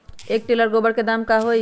एक टेलर गोबर के दाम का होई?